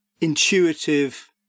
intuitive